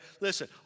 listen